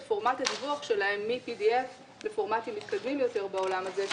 פורמט הדיווח שלהן מ-PDF לפורמטים מתקדמים יותר בעולם הזה,